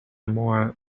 more